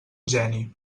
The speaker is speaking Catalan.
geni